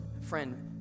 Friend